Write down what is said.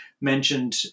Mentioned